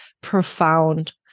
profound